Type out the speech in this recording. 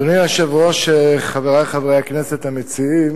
אדוני היושב-ראש, חברי חברי הכנסת המציעים,